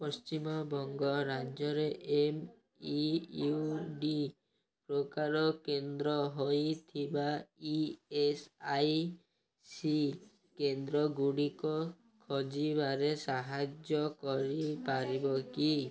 ପଶ୍ଚିମବଙ୍ଗ ରାଜ୍ୟରେ M E U D ପ୍ରକାର କେନ୍ଦ୍ର ହୋଇଥିବା ଇ ଏସ୍ ଆଇ ସି କେନ୍ଦ୍ରଗୁଡ଼ିକ ଖୋଜିବାରେ ସାହାଯ୍ୟ କରିପାରିବ କି